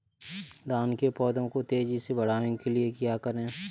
धान के पौधे को तेजी से बढ़ाने के लिए क्या करें?